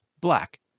black